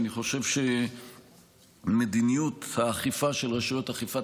אני חושב שמדיניות האכיפה של רשויות אכיפת